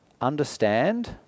understand